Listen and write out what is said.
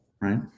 right